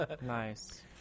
Nice